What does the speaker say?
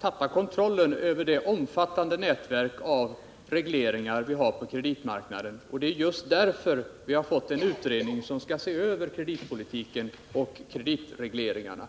tappa kontrollen över det omfattande nätverk av regleringar som vi har på kreditmarknaden. Och det är just därför vi har fått en utredning som skall se över kreditpolitiken och kreditregleringarna.